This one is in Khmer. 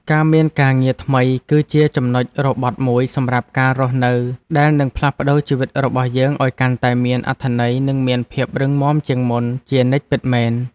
ការមានការងារថ្មីគឺជាចំណុចរបត់មួយសម្រាប់ការរស់នៅដែលនឹងផ្លាស់ប្តូរជីវិតរបស់យើងឱ្យកាន់តែមានអត្ថន័យនិងមានភាពរឹងមាំជាងមុនជានិច្ចពិតមែន។